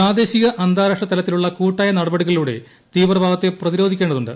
പ്രാദേശിക അന്താരാഷ്ട്രതലത്തിലുള്ള കൂട്ടായ നടപടികളിലൂടെ തീവ്രവാദത്തെ പ്രതിരോധിക്കേണ്ടതുണ്ട്